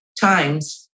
times